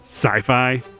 Sci-fi